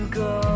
go